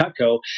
Cutco